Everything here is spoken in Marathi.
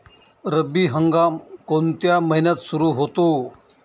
रब्बी हंगाम कोणत्या महिन्यात सुरु होतो?